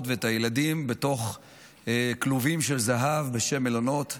ואת הילדים בתוך כלובים של זהב בשם מלונות.